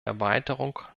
erweiterung